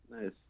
nice